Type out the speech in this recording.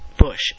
Bush